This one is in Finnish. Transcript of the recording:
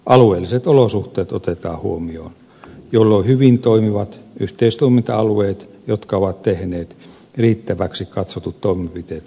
alueelliset olosuhteet otetaan huomioon jolloin hyvin toimivat yhteistoiminta alueet jotka ovat tehneet riittäväksi katsotut toimenpiteet voivat jatkaa